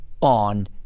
on